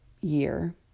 year